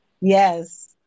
Yes